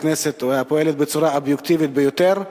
הכנסת ופועלת בצורה האובייקטיבית ביותר,